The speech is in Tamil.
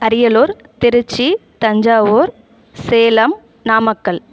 அரியலூர் திருச்சி தஞ்சாவூர் சேலம் நாமக்கல்